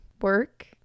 work